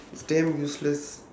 it's damn useless